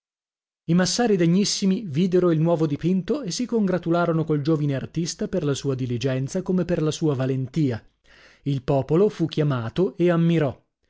i massari degnissimi videro il nuovo dipinto e si congratularono col giovine artista per la sua diligenza come per la sua valentia il popolo fu chiamato e ammirò